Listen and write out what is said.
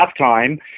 halftime